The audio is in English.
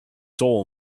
soul